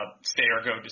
stay-or-go